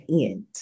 end